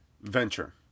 venture